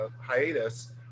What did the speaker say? hiatus